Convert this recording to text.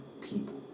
people